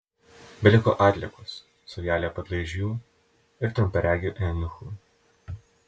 beliko atliekos saujelė padlaižių ir trumparegių eunuchų